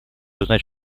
узнать